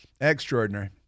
Extraordinary